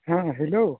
ہاں ہلو